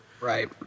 Right